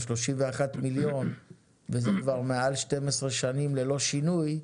31,000,000 וזה כבר מעל 12 שנים ללא שינוי,